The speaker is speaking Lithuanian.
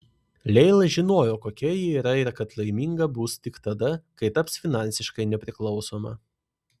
leila žinojo kokia ji yra ir kad laiminga bus tik tada kai taps finansiškai nepriklausoma